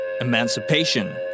Emancipation